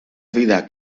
vida